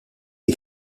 est